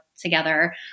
together